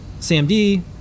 SAMD